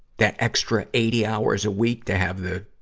that extra eighty hours a week to have the